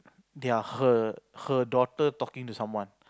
their her her daughter talking to someone